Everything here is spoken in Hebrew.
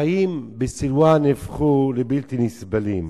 החיים בסילואן הפכו לבלתי נסבלים.